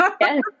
Yes